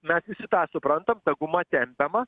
mes visi tą suprantam ta guma tempiama